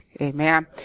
Amen